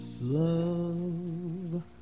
love